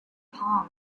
palm